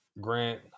Grant